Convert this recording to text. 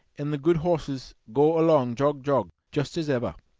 and the good horses go along jog, jog, just as ever.